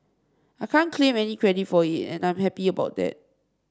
I can't claim any credit for it and I'm happy about that